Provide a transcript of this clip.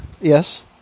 Yes